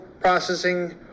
processing